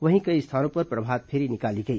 वहीं कई जगहों पर प्रभातफेरी निकाली गई